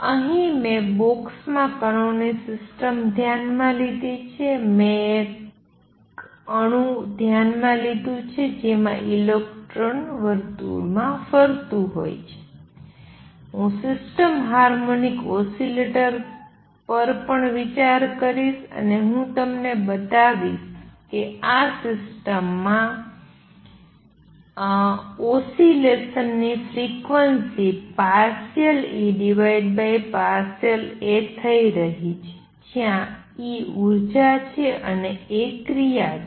અહીં મેં બોક્સમાં કણોની સિસ્ટમ ધ્યાનમાં લીધી છે મેં એક અણુ ધ્યાનમાં લીધું છે જેમાં ઇલેક્ટ્રોન વર્તુળમાં ફરતું હોય છે હું સિસ્ટમ હાર્મોનિક ઓસિલેટર પર પણ વિચાર કરીશ અને હું તમને બતાવીશ કે આ સિસ્ટમ્સ માં ઓસિલેશન ની ફ્રિક્વન્સી ∂E∂A થઈ રહી છે જ્યાં E ઉર્જા છે અને A ક્રિયા છે